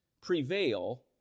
prevail